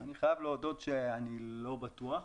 אני חייב להודות שאני לא בטוח.